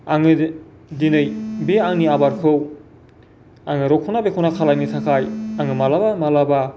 आङो दिनै बे आंनि आबादखौ आङो रखना बेखना खालामनो थाखाय आङो माब्लाबा माब्लाबा